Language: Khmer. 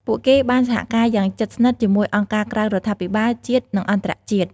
ពួកគេបានសហការយ៉ាងជិតស្និទ្ធជាមួយអង្គការក្រៅរដ្ឋាភិបាល ជាតិ និងអន្តរជាតិ។